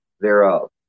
thereof